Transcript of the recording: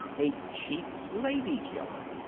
a cheap lady-killer!